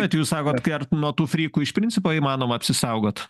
bet jūs sakot kai ar nuo tų frykų iš principo įmanoma apsisaugot